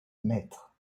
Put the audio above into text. mètres